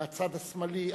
מהצד השמאלי,